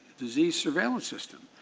disease surveillance system.